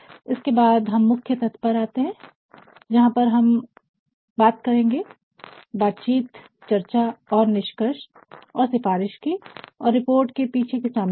इसके बाद हम मुख्य तथ्य पर आते हैं जहां पर हम बात करेंगे बातचीत चर्चा और निष्कर्ष और सिफारिश की और फिर रिपोर्ट के पीछे की सामग्री